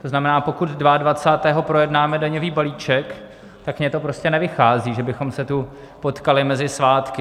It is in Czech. To znamená, pokud 22. projednáme daňový balíček, tak mně to prostě nevychází, že bychom se tu potkali mezi svátky.